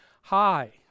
Hi